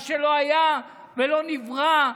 מה שלא היה ולא נברא.